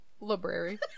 library